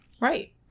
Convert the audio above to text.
Right